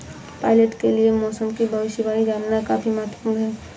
pilot के लिए मौसम की भविष्यवाणी जानना काफी महत्त्वपूर्ण है